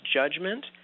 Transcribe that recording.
judgment